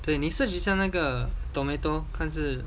对你 search 一下那个 tomato 看是